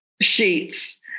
sheets